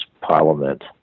Parliament